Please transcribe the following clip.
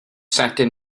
setting